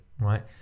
Right